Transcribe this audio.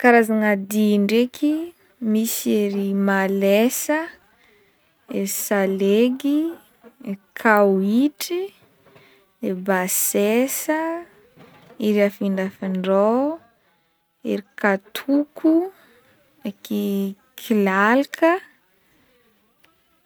Karazagna dihy ndraiky misy ery malesa et salegy, kawitry, e bassesa, ery afindrafindrao, ery katoko, e kilalaka.